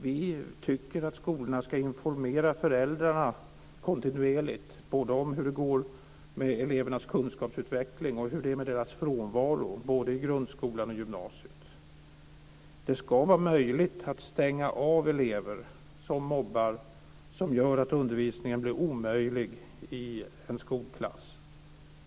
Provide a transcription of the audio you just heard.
Jag tycker att skolorna kontinuerligt ska informera föräldrarna både om hur det går med elevernas kunskapsutveckling och om hur det är med deras frånvaro. Det gäller såväl grundskolan som gymnasiet. Det ska vara möjligt att avstänga elever som mobbar och som gör att det blir omöjligt att bedriva undervisning i en skolklass.